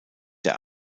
der